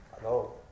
Hello